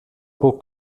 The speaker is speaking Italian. può